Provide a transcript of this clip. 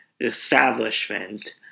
establishment